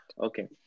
Okay